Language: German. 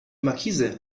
markise